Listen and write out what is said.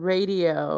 Radio